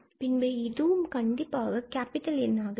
பின்பும் இது கண்டிப்பாக கேப்பிட்டல் எண்ணாக N இருக்கும்